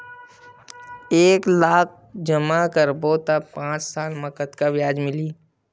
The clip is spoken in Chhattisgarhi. एक लाख जमा करबो त पांच साल म कतेकन ब्याज मिलही?